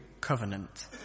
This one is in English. covenant